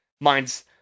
mine's